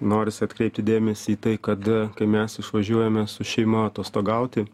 norisi atkreipti dėmesį į tai kad kai mes išvažiuojame su šeima atostogauti